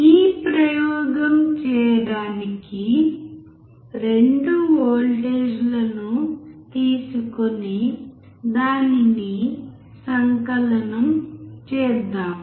ఈ ప్రయోగం చేయడానికి 2 వోల్టేజ్లను తీసుకొని దానిని సంకలనం చేద్దాం